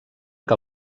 que